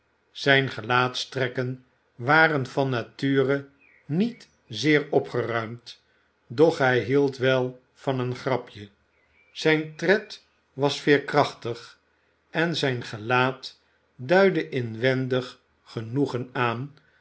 zijne gelaatstrekken waren van nature niet zeer opgeruimd doch hij hield wel van een grapje zijn tred was veerkrachtig en zijn gelaat duidde inwendig genoegen aan